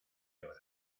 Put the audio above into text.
horas